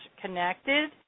connected